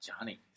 Johnny